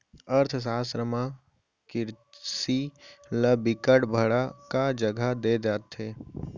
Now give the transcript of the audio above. अर्थसास्त्र म किरसी ल बिकट बड़का जघा दे जाथे